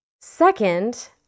second